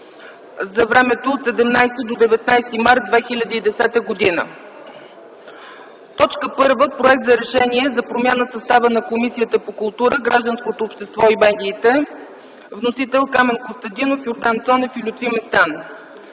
за времето от 17 до 19 март 2010 г.: 1. Проект за Решение за промяна състава на Комисията по културата, гражданското общество и медиите. Вносители – Камен Костадинов, Йордан Цонев и Лютви Местан.